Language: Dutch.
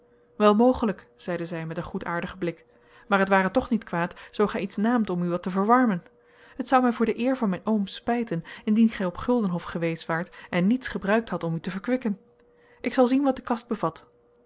wel mogelijk zeide zij met een goedaardigen blik maar het ware toch niet kwaad zoo gij iets naamt om u wat te verwarmen het zou mij voor de eer van mijn oom spijten indien gij op guldenhof geweest waart en niets gebruikt hadt om u te verkwikken ik zal zien wat de kast bevat